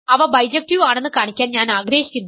അവ ബൈജക്ടീവ് ആണെന്ന് കാണിക്കാൻ ഞാൻ ആഗ്രഹിക്കുന്നു